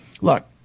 look